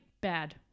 bad